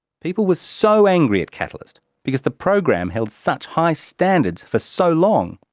people were so angry at catalyst because the program held such high standards for so long,